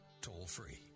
toll-free